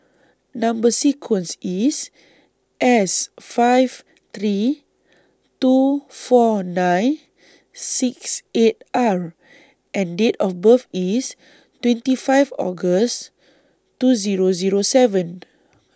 Number sequence IS S five three two four nine six eight R and Date of birth IS twenty five August two Zero Zero seven